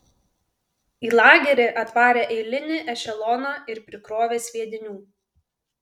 į lagerį atvarė eilinį ešeloną ir prikrovė sviedinių